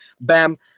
bam